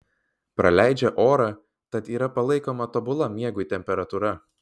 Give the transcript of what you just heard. praleidžią orą tad yra palaikoma tobula miegui temperatūra